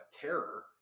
terror